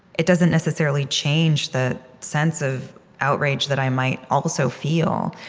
it doesn't necessarily change the sense of outrage that i might also feel,